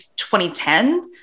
2010